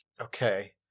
Okay